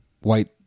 white